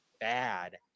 bad